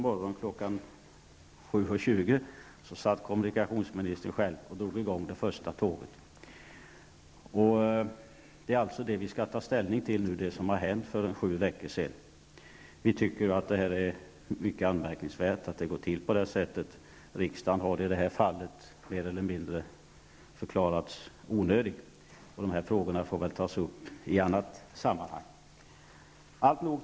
7.20 på morgonen satt kommunikationsministern själv och drog i gång det första tåget. Det som hände för sju veckor sedan skall vi således ta ställning till nu. Vi tycker att det är mycket anmärkningsvärt att det går till på det här sättet. Riksdagen har i det här fallet mer eller mindre förklarats onödig, och dessa frågor får väl tas upp i annat sammanhang.